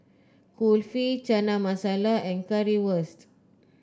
Kulfi Chana Masala and Currywurst